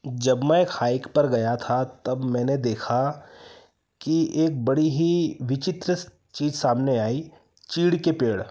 जब मैं हाइक पर गया था तब मैंने देखा कि एक बड़ी ही विचित्र चीज सामने आई चीड़ के पेड़